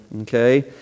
Okay